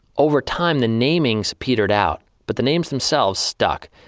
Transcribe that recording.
overtime the namings petered out, but the names themselves stuck.